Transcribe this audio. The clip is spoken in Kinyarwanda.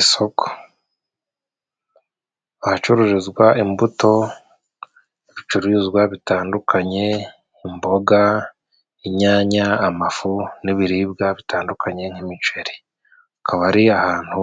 Isoko, ahacururizwa imbuto n'ibicuruzwa bitandukanye imboga, inyanya, amafu ,n'ibiribwa bitandukanye nk'imiceri, akaba ari ahantu